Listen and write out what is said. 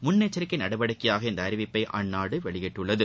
முன்னெச்சரிக்கை நடவடிக்கையாக இந்த அறிவிப்பை அந்நாடு வெளியிட்டுள்ளது